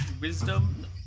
wisdom